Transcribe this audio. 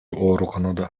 ооруканада